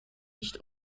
nicht